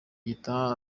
gitaha